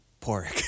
pork